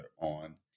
on